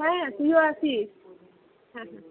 হ্যাঁ তুইও আসিস হ্যাঁ হ্যাঁ